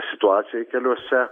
situacijai keliuose